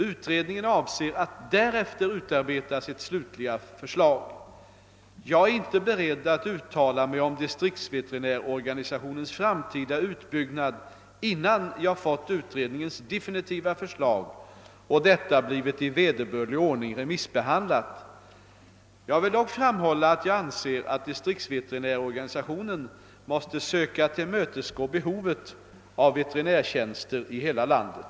Utredningen avser att därefter utarbeta sitt slutliga förslag. Jag är inte beredd att uttala mig om distriktsveterinärorganisationens framtida uppbyggnad innan jag fått utredningens definitiva förslag och detta blivit i vederbörlig ordning remissbehandlat. Jag vill dock framhålla att jag anser att distriktsveterinärorganisationen måste söka tillmötesgå behovet av veterinärtjänster i hela landet.